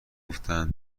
گفتن